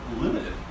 limited